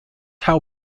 how